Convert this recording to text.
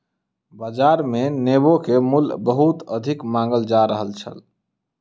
बाजार मे नेबो के मूल्य बहुत अधिक मांगल जा रहल छल